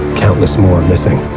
countless more are missing.